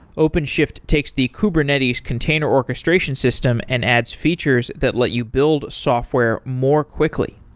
openshift takes the kubernetes container orchestration system and adds features that let you build software more quickly.